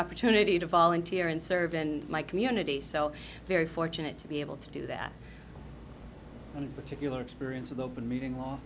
opportunity to volunteer and serve in my community so very fortunate to be able to do that particular experience with open meeting law